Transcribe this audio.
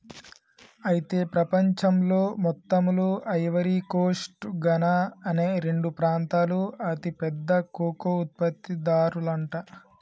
అయితే ప్రపంచంలో మొత్తంలో ఐవరీ కోస్ట్ ఘనా అనే రెండు ప్రాంతాలు అతి పెద్ద కోకో ఉత్పత్తి దారులంట